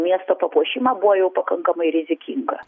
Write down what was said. miesto papuošimą buvo jau pakankamai rizikinga